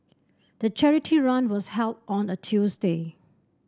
the charity run was held on a Tuesday